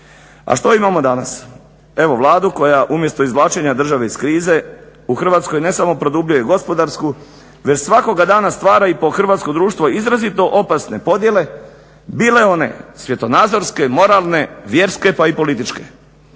A što imamo danas? Evo Vladu koja umjesto izvlačenja države iz krize u Hrvatskoj ne samo produbljuje i gospodarsku, već svakoga dana stvara i po hrvatsko društvo izrazito opasne podjele, bile one svjetonazorske, moralne, vjerske pa i političke.